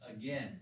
again